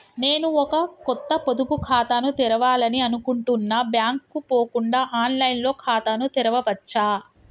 నేను ఒక కొత్త పొదుపు ఖాతాను తెరవాలని అనుకుంటున్నా బ్యాంక్ కు పోకుండా ఆన్ లైన్ లో ఖాతాను తెరవవచ్చా?